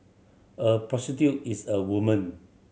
a prostitute is a woman